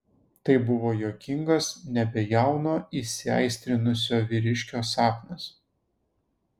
tai buvo juokingas nebejauno įsiaistrinusio vyriškio sapnas